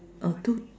uh two